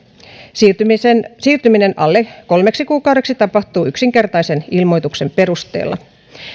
siirtyminen alle kolmeksi kuukaudeksi tapahtuu yksinkertaisen ilmoituksen perusteella